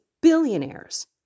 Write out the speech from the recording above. billionaires